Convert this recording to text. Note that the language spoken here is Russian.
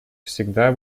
всегда